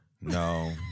No